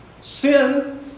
Sin